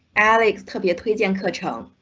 alex copier, twidium, coach home.